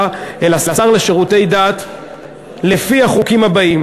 לשר לשירותי דת לפי החוקים הבאים,